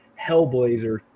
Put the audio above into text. Hellblazer